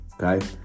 Okay